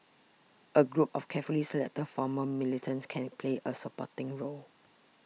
a group of carefully selected former militants can play a supporting role